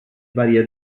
varie